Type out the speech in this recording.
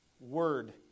Word